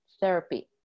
therapy